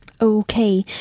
Okay